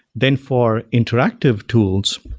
then for interactive tools,